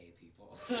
people